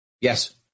Yes